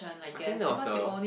I think that was the